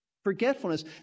forgetfulness